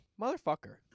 motherfucker